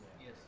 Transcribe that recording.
Yes